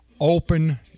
open